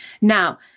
Now